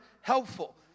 helpful